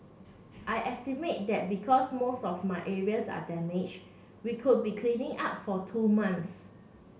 I estimate that because most of my areas are damaged we could be cleaning up for two months